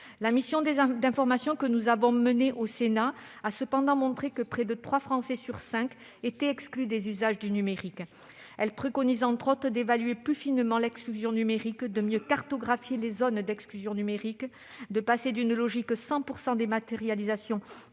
La mission d'information que nous avons menée au Sénat a cependant montré que près de trois Français sur cinq étaient exclus des usages numériques. Elle préconise entre autres d'évaluer plus finement l'exclusion numérique, de mieux cartographier les zones d'exclusion numérique, de passer d'une logique « 100 % dématérialisation